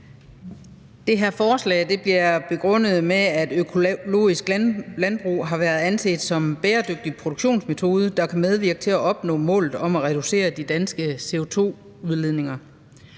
Den første påstand er: »Økologisk landbrug har i mange år været anset som en bæredygtig produktionsmetode, der kan medvirke til at opnå målet om at reducere de danske CO2-udledninger.«